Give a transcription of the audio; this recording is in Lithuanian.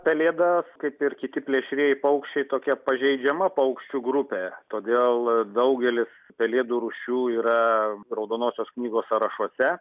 pelėdas kaip ir kiti plėšrieji paukščiai tokia pažeidžiama paukščių grupė todėl daugelis pelėdų rūšių yra raudonosios knygos sąrašuose